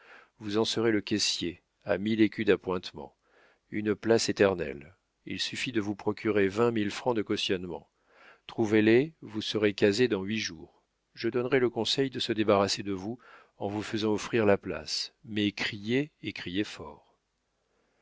vous en serez le caissier à mille écus d'appointements une place éternelle il suffit de vous procurer vingt mille francs de cautionnement trouvez les vous serez casé dans huit jours je donnerai le conseil de se débarrasser de vous en vous faisant offrir la place mais criez et criez fort